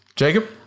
Jacob